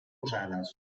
usades